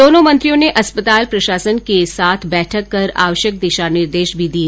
दोनों मंत्रियों ने अस्पताल प्रशासन के साथ बैठक कर आवश्यक दिशा निर्देश भी दिए